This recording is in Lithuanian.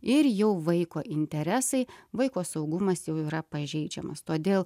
ir jau vaiko interesai vaiko saugumas jau yra pažeidžiamas todėl